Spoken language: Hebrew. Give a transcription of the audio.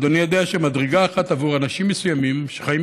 אדוני יודע שמדרגה אחת עבור אנשים מסוימים שחיים